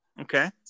Okay